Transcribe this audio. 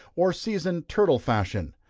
or seasoned turtle fashion.